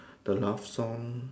the love song